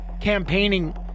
campaigning